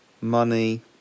money